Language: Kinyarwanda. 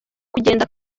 kugenda